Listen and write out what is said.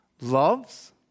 loves